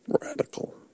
Radical